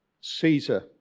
Caesar